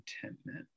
contentment